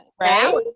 Right